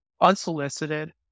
Unsolicited